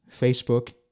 Facebook